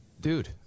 dude